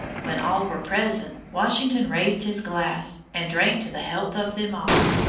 when all were present, washington raised his glass, and drank to the health of them all.